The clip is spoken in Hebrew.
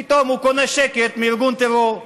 פתאום הוא קונה שקט מארגון טרור?